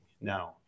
No